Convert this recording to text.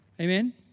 Amen